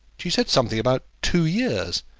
she said something about two years,